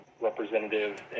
representative